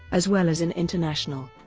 as well as in international.